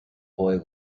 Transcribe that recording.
boy